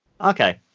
Okay